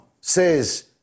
says